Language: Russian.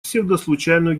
псевдослучайную